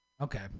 okay